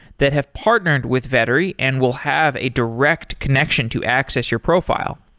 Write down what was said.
that have partnered with vettery and will have a direct connection to access your profile.